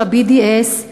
של ה-BDS,